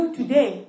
today